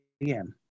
again